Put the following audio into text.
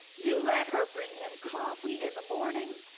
you let her bring him coffee in the morning.